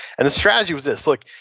and the strategy was this. look,